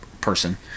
person